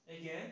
again